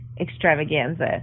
extravaganza